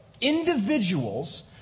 individuals